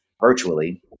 virtually